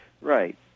right